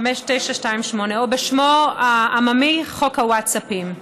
פ/5928, או בשמו העממי, "חוק הווטסאפים".